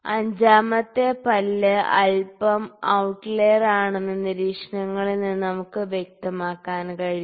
അഞ്ചാമത്തെ പല്ല് അല്പം ഔട്ട്ലയറാണെന്ന് നിരീക്ഷണങ്ങളിൽ നിന്ന് നമുക്ക് കാണാൻ കഴിയും